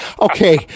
okay